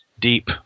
deep